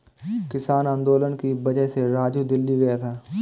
किसान आंदोलन की वजह से राजू दिल्ली गया था